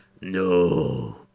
No